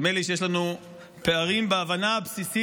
נדמה לי שיש לנו פערים בהבנה הבסיסית